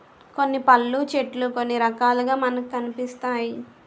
కొన్ని పళ్ళు చెట్లు కొన్ని రకాలుగా మనకి కనిపిస్తాయి